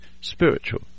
Spiritual